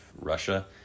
Russia